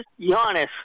Giannis